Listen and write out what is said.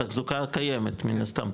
תחזוקה קיימת מן הסתם,